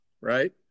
right